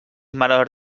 maror